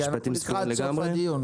כי אנחנו לקראת סוף הדיון.